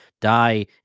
die